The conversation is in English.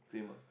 same ah